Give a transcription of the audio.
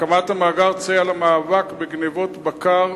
הקמת המאגר תסייע למאבק בגנבות בקר,